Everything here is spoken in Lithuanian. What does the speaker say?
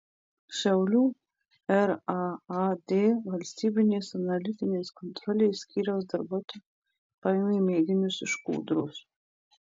šiaulių raad valstybinės analitinės kontrolės skyriaus darbuotojai paėmė mėginius iš kūdros